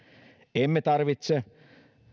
emme tarvitse